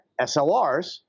SLRs